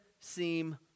seem